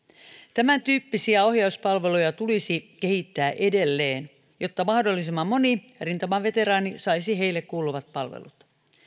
tämän tyyppisiä ohjauspalveluja tulisi kehittää edelleen jotta mahdollisimman moni rintamaveteraani saisi hänelle kuuluvat palvelut